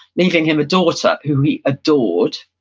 leaving him a daughter, who he adored.